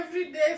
Everyday